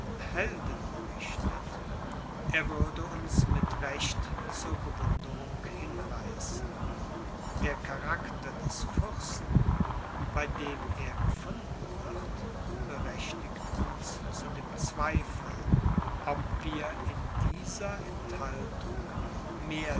helden berichtet er würde uns mit recht zur bewunderung hinreißen der charakter des fürsten bei dem er gefunden wird berechtigt uns zu dem zweifel ob wir in dieser enthaltung mehr